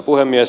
puhemies